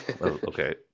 Okay